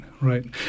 right